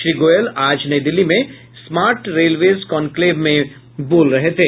श्री गोयल आज नई दिल्ली में स्मार्ट रेल्वेज कनक्लेव में बोल रहे थे